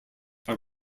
are